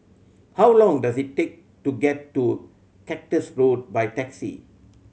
how long does it take to get to Cactus Road by taxi